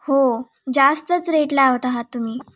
हो जास्तच रेट लावत आहात तुम्ही